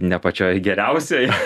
ne pačioj geriausioj